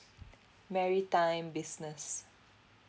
maritime business